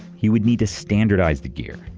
he would need to standardize the gear.